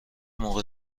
موقع